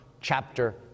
chapter